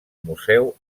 museu